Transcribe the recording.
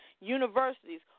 universities